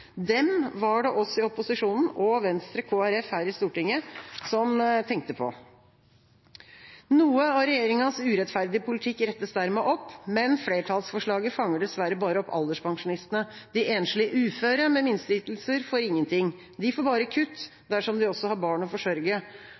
Dem var det vi i opposisjonen og Venstre og Kristelig Folkeparti her i Stortinget som tenkte på. Noe av regjeringas urettferdige politikk rettes dermed opp, men flertallsforslaget fanger dessverre bare opp alderspensjonistene. De enslige uføre med minsteytelser får ingenting. De får bare kutt, dersom de også har barn å forsørge.